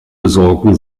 besorgen